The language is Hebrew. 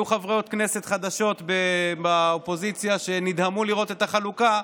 היו חברות כנסת חדשות באופוזיציה שנדהמו לראות את החלוקה,